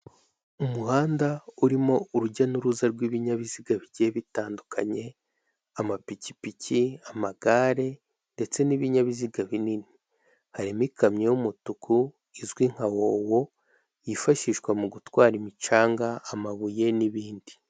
Umuhanda urimo urujya n'uruza rw'ibinyabiziga bigiye bitandukanye: amapikipiki, amagare, ndetse n'ibinyabiziga binini, harimo ikamyo y'umutuku izwi nka wowo yifashishwa mu gutwara imicanga, amabuye n'ibindi.